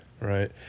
right